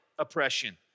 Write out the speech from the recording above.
oppression